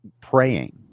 praying